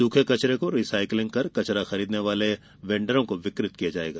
सूखे कचरे को रिसायकिलिंग कर कचरा खरीदने वाले वेण्डरों को विक्रय किया जायेगा